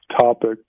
topic